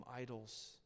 idols